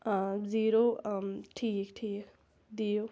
zero آ ٹھیٖک ٹھیٖک دِیِو